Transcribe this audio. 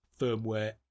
Firmware